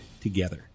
together